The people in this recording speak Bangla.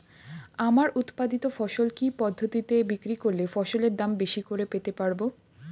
আমার উৎপাদিত ফসল কি পদ্ধতিতে বিক্রি করলে ফসলের দাম বেশি করে পেতে পারবো?